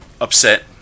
upset